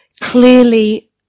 clearly